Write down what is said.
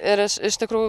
ir iš iš tikrųjų